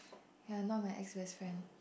ya not my ex best friend